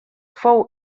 fou